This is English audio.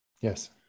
Yes